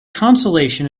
consolation